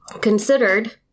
considered